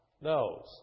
knows